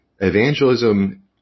evangelism